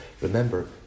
Remember